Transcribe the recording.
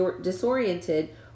disoriented